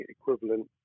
equivalent